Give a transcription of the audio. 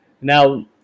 Now